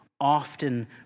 often